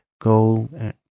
Go